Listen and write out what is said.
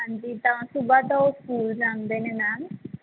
ਹਾਂਜੀ ਤਾਂ ਸੂਬਹਾ ਤਾਂ ਉਹ ਸਕੂਲ ਜਾਂਦੇ ਨੇ ਮੈਮ